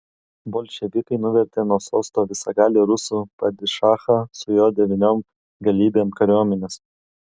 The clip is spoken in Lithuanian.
bolševikai nuvertė nuo sosto visagalį rusų padišachą su jo devyniom galybėm kariuomenės